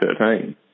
2013